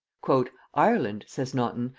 ireland, says naunton,